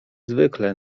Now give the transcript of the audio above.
zwykłe